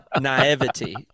naivety